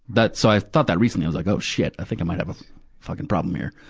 that, so i thought that recently. i was like, oh shit! i think i might have a fucking problem here.